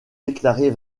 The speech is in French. déclarés